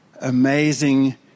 Amazing